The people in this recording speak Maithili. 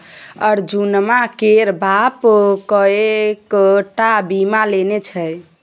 अर्जुनमा केर बाप कएक टा बीमा लेने छै